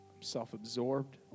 self-absorbed